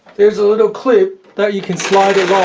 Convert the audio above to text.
there's a little clip that you can slide it